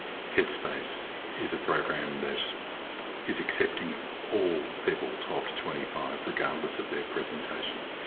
headspace is a program that is accepting of all people twelve to twenty five regardless of their presentation.